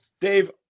Dave